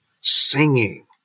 singing